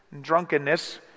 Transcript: Drunkenness